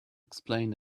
explain